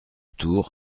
tour